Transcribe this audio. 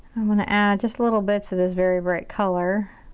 i'm gonna add just little bits of this very bright color.